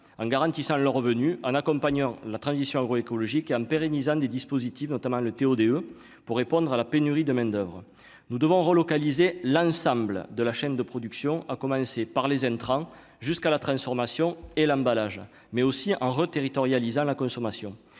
en garantissant leurs revenus en accompagnant la transition agroécologique en pérennisant des dispositifs, notamment le TO-DE, pour répondre à la pénurie de main-d'oeuvre, nous devons relocaliser l'ensemble de la chaîne de production, à commencer par les train jusqu'à la transformation et l'emballage, mais aussi hein reterritorialisation la consommation,